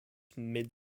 mid